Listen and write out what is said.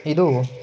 ಇದು